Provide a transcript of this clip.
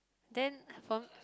then from